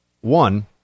One